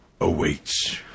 awaits